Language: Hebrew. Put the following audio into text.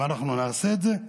אם אנחנו נעשה את זה,